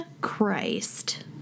Christ